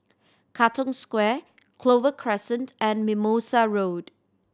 Katong Square Clover Crescent and Mimosa Road